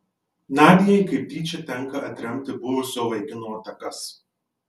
nadiai kaip tyčia tenka atremti buvusio vaikino atakas